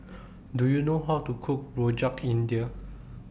Do YOU know How to Cook Rojak India